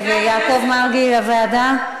ויעקב מרגי, לוועדה?